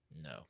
No